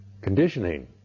conditioning